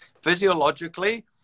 Physiologically